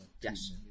Yes